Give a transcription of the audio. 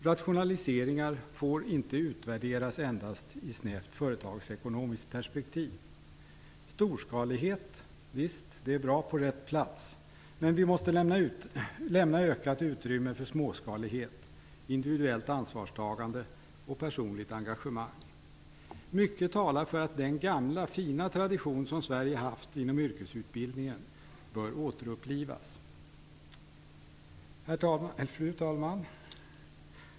Rationaliseringar får inte utvärderas endast i ett snävt företagsekonomiskt perspektiv. Visst är det bra med storskalighet på rätt plats, men vi måste lämna ökat utrymme för småskalighet, individuellt ansvarstagande och personligt engagemang. Mycket talar för att den gamla fina tradition som Sverige haft inom yrkesutbildningen bör återupplivas. Fru talman!